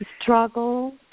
struggle